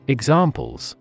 Examples